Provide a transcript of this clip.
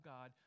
God